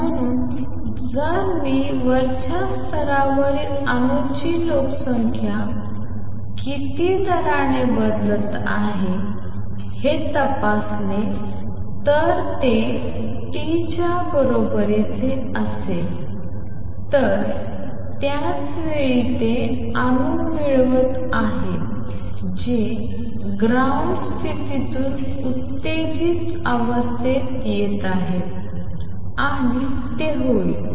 म्हणून जर मी वरच्या स्तरावरील अणूंची लोकसंख्या किती दराने बदलत आहे हे तपासले तर ते A21N2 च्या बरोबरीचे असेल तर त्याच वेळी ते अणू मिळवत आहेत जे ग्राउंड च्या स्थितीतून उत्तेजित अवस्थेत येत आहेत आणि ते होईलuTN1B12